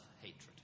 hatred